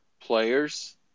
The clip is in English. players